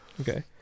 okay